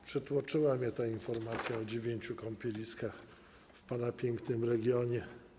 Przytłoczyła mnie ta informacja o dziewięciu kąpieliskach w pana pięknym regionie.